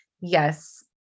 yes